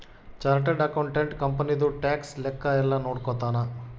chartered accountant ಕಂಪನಿದು tax ಲೆಕ್ಕ ಯೆಲ್ಲ ನೋಡ್ಕೊತಾನ